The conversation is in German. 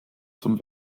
zum